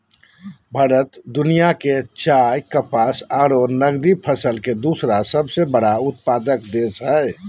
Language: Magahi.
भारत दुनिया के चाय, कपास आरो नगदी फसल के दूसरा सबसे बड़ा उत्पादक देश हई